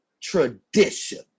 tradition